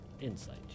Insight